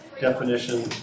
definition